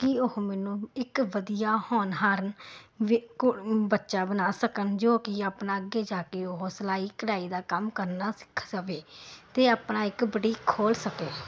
ਕਿ ਉਹ ਮੈਨੂੰ ਇੱਕ ਵਧੀਆ ਹੋਣਹਾਰ ਵੀ ਕੋ ਬੱਚਾ ਬਣਾ ਸਕਣ ਜੋ ਕਿ ਆਪਣਾ ਅੱਗੇ ਜਾ ਕੇ ਉਹ ਸਿਲਾਈ ਕਢਾਈ ਦਾ ਕੰਮ ਕਰਨਾ ਸਿੱਖ ਸਕੇ ਅਤੇ ਆਪਣਾ ਇੱਕ ਬਟੀਕ ਖੋਲ ਸਕੇ